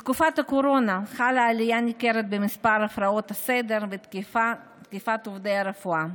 בתקופת הקורונה חלה עלייה ניכרת במספר הפרעות הסדר בתקיפת עובדי הרפואה,